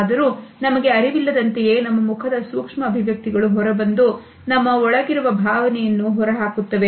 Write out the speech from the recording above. ಆದರೂ ನಮಗೆ ಅರಿವಿಲ್ಲದಂತೆಯೇ ನಮ್ಮ ಮುಖದಲ್ಲಿ ಸೂಕ್ಷ್ಮ ಅಭಿವ್ಯಕ್ತಿಗಳು ಹೊರಬಂದು ನಮ್ಮ ಒಳಗಿರುವ ಭಾವನೆಯನ್ನು ಹೊರಹಾಕುತ್ತವೆ